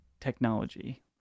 technology